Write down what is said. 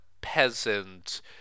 peasant